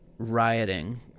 Rioting